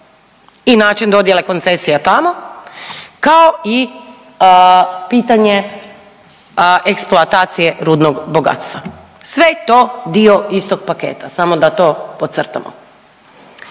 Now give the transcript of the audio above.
i način dodjela koncesija tamo kao i pitanje eksploatacije rudnog bogatstva, sve je to dio istog paketa, samo da to podcrtamo.